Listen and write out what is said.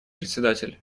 председатель